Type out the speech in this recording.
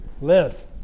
Liz